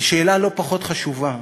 ושאלה לא פחות חשובה: